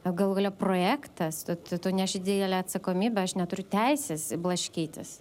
o galų gale projektas tu tu tu neši didelę atsakomybę aš neturiu teisės blaškytis